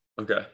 okay